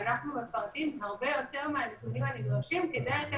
ואנחנו מפרטים הרבה יותר מהנתונים הנדרשים כדי לתת